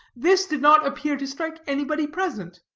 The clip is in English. this did not appear to strike anybody present.